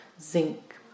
zinc